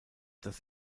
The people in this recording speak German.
das